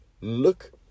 look